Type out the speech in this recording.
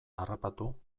harrapatu